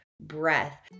breath